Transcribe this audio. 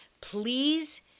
please